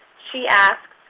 she asks,